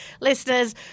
listeners